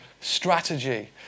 strategy